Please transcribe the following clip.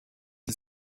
the